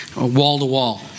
wall-to-wall